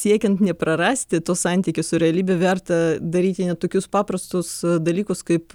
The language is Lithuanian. siekiant neprarasti to santykio su realybe verta daryti net tokius paprastus dalykus kaip